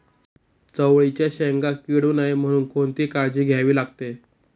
चवळीच्या शेंगा किडू नये म्हणून कोणती काळजी घ्यावी लागते?